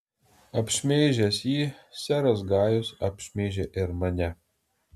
apšmeižęs jį seras gajus apšmeižė ir mane